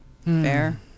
Fair